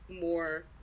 more